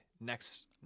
next